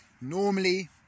normally